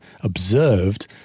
observed